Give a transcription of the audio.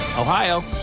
Ohio